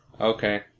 Okay